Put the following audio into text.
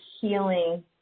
healing